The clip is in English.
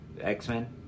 X-Men